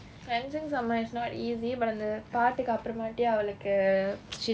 cleansing somebody is not easy but அந்த:antha part க்கு அப்பரமாட்டி அவளுக்கு:kku apparamaatti avalukku